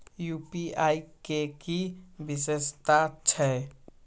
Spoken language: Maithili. यू.पी.आई के कि विषेशता छै?